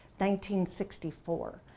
1964